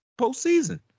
postseason